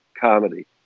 comedy